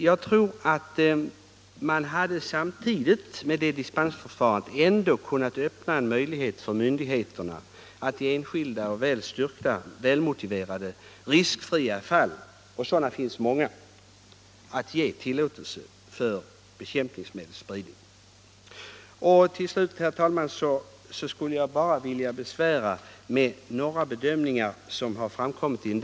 Med ett dispensförfarande hade man, tror jag, kunnat öppna en möjlighet för myndigheterna att i enskilda och välbetänkta, riskfria fall — sådana finns det många -— ge tillåtelse för bekämpningsmedelsspridning. Till sist, herr talman, skulle jag bara vilja anföra några synpunkier på ett par motioner.